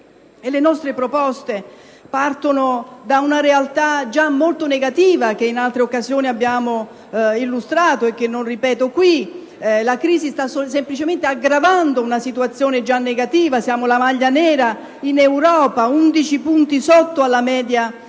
Le nostre proposte partono da una realtà già molto negativa, che in altre occasioni abbiamo illustrato e che non ripeto qui. La crisi sta semplicemente aggravando una situazione negativa: indossiamo la maglia nera in Europa, 11 punti sotto la media europea.